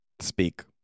speak